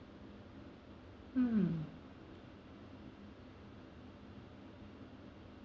hmm